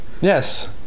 Yes